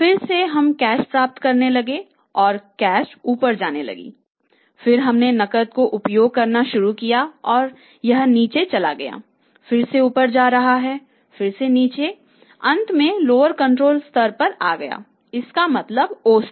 फिर से हम कैश प्राप्त करने लगे और कैश ऊपर जाने लगी फिर हमने नकद का उपयोग करना शुरू किया और यह नीचे चला गया फिर से ऊपर जा रहा है फिर से नीचे आया और अंत में लोअर कंट्रोल लिमिट स्तर पर आ गया इसका मतलब है o स्तर